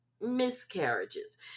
miscarriages